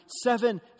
Seven